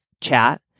chat